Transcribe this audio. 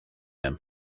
him